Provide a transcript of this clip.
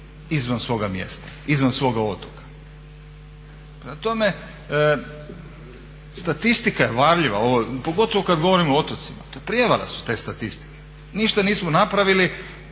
izvan svoga mjesta, izvan svoga otoka. Prema tome, statistika je varljiva pogotovo kad govorimo o otocima, prijevara su te statistike. Ništa nismo napravili,